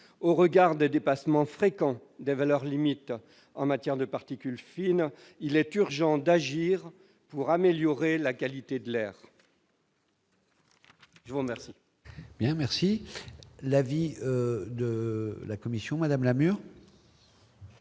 Au regard des dépassements fréquents des valeurs limites en matière de particules fines, il est urgent d'agir pour améliorer la qualité de l'air ! Quel